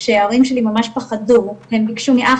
כשההורים שלי ממש פחדו הם ביקשו מאח